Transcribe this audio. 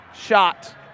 shot